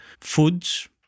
foods